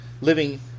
living